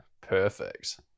perfect